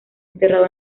enterrado